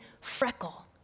freckle